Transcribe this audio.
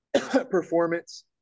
performance